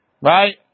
right